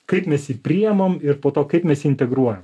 kaip mes jį priimam ir po to kaip mes jį integruojam